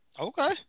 Okay